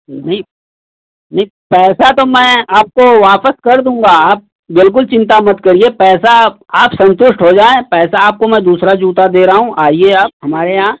नहीं नहीं पैसा तो मैं आपको वापस कर दूंगा आप बिल्कुल चिंता मत करिए पैसा आप आप संतुष्ट हो जाएं पैसा आपको मैं दूसरा जूता दे रहा हूँ आइए आप हमारे यहाँ